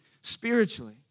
spiritually